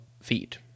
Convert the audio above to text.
feed